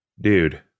dude